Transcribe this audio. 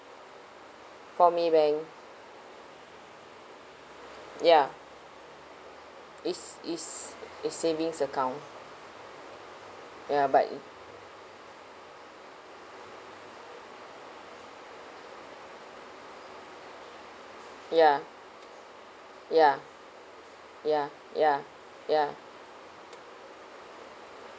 for MAYBANK ya is is is savings account ya but ya ya ya ya ya